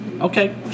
Okay